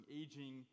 aging